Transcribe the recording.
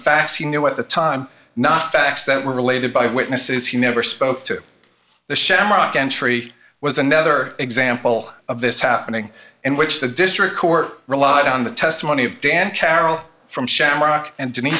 facts he knew at the time not facts that were related by the witnesses he never spoke to the shamrock entry was another example of this happening in which the district court relied on the testimony of dan carroll from shamrock and